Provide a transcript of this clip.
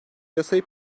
yasayı